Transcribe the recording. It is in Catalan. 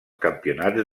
campionats